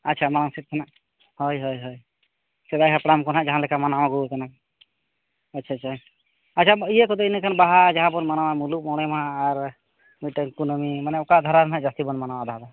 ᱟᱪᱪᱷᱟ ᱢᱟ ᱟᱢᱥᱮᱫ ᱠᱷᱚᱱᱟᱜ ᱦᱳᱭ ᱦᱳᱭ ᱥᱮᱫᱟᱭ ᱦᱟᱯᱲᱟᱢ ᱠᱷᱚᱱ ᱦᱟᱸᱜ ᱡᱟᱦᱟᱸ ᱞᱮᱠᱟ ᱢᱟᱱᱟᱣ ᱟᱹᱜᱩ ᱟᱠᱟᱱᱟ ᱟᱪᱪᱷᱟ ᱟᱪᱪᱷᱟ ᱟᱪᱪᱷᱟ ᱤᱭᱟᱹ ᱠᱚᱫᱚ ᱤᱱᱟᱹᱠᱷᱟᱱ ᱵᱟᱦᱟ ᱡᱟᱦᱟᱸ ᱵᱚᱱ ᱢᱟᱱᱟᱣᱟ ᱢᱩᱞᱩᱜ ᱢᱚᱬᱮ ᱢᱟᱦᱟ ᱟᱨ ᱢᱤᱫᱴᱮᱱ ᱠᱩᱱᱟᱹᱢᱤ ᱱᱟᱢᱮ ᱚᱠᱟ ᱫᱷᱟᱨᱟ ᱮᱱᱟᱦᱟᱜ ᱡᱟᱹᱥᱛᱤ ᱵᱚᱱ ᱢᱟᱱᱟᱣ ᱮᱫᱟ